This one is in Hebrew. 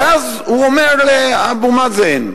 ואז הוא אומר לאבו מאזן,